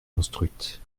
construites